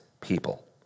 people